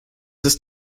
ist